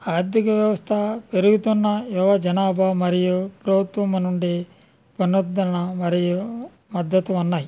ఆర్ధిక వ్యవస్థ పెరుగుతున్న యువ జనాభా మరియు ప్రభుత్వము నుండి పునరుద్ధరణ మరియు మద్దతు ఉన్నాయి